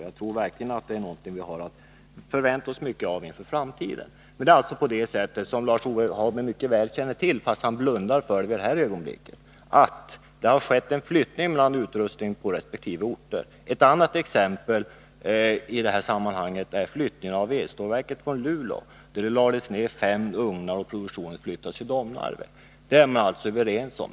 Jag tror verkligen att detta är någonting som vi kan förvänta oss mycket av i framtiden. Det är alltså på det sättet — vilket Lars-Ove Hagberg mycket väl känner till, fastän han blundar för det i det här ögonblicket — att det har skett en flyttning av utrustningen mellan resp. orter. Ett annat exempel i det här sammanhanget är flyttningen av elstålverket från Luleå, där fem ugnar lades ner och produktionen flyttades till Domnarvet. Det är man alltså överens om.